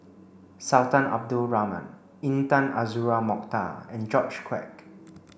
Sultan Abdul Rahman Intan Azura Mokhtar and George Quek